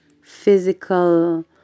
physical